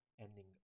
ending